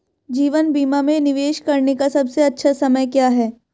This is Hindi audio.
जीवन बीमा में निवेश करने का सबसे अच्छा समय क्या है?